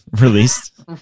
released